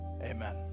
Amen